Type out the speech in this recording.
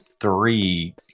three